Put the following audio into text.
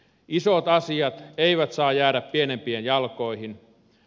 isot asiat eivät saa jäädä pienempien jalkoihin